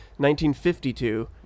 1952